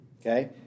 Okay